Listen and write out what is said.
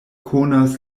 konas